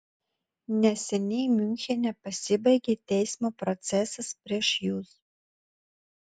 neseniai miunchene pasibaigė teismo procesas prieš jus